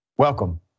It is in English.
Welcome